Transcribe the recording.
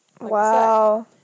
Wow